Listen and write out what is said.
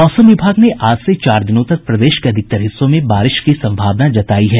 मौसम विभाग ने आज से चार दिनों तक प्रदेश के अधिकतर हिस्सों में बारिश की संभावना जतायी है